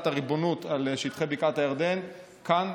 הריבונות על שטחי בקעת הירדן לכאן,